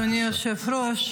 אדוני היושב-ראש.